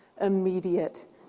immediate